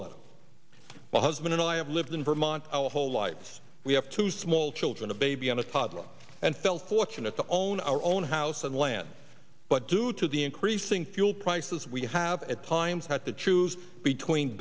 one husband and i have lived in vermont our whole lives we have two small children a baby and a toddler and felt fortunate to own our own house and land but due to the increasing fuel prices we have at times had to choose between